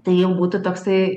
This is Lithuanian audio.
tai jau būtų toksai